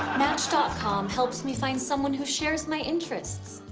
match com helps me find someone who shares my interests,